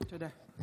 תודה.